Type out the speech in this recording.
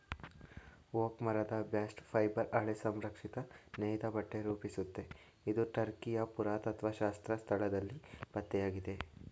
oak ಮರದ bast fibre ಹಳೆ ಸಂರಕ್ಷಿತ ನೇಯ್ದಬಟ್ಟೆ ರೂಪಿಸುತ್ತೆ ಇದು ಟರ್ಕಿಯ ಪುರಾತತ್ತ್ವಶಾಸ್ತ್ರ ಸ್ಥಳದಲ್ಲಿ ಪತ್ತೆಯಾಗಿದೆ